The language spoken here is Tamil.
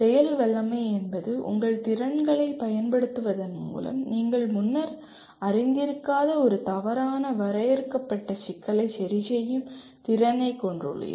செயல் வல்லமை என்பது உங்கள் திறன்களைப் பயன்படுத்துவதன் மூலம் நீங்கள் முன்னர் அறிந்திருக்காத ஒரு தவறான வரையறுக்கப்பட்ட சிக்கலை சரிசெய்யும் திறனைக் கொண்டுள்ளீர்கள்